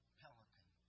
pelican